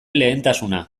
lehentasuna